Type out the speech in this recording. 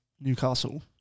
Newcastle